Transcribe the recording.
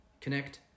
Connect